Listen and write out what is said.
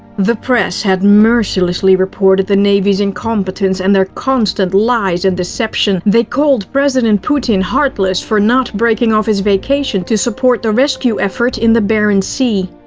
the press had mercilessly reported the navy's incompetence and their constant lies and deception. they called president putin heartless for not breaking off his vacation to support the rescue effort in the barents sea.